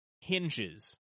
hinges